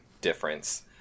difference